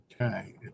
Okay